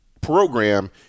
program